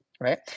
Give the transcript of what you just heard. right